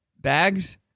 bags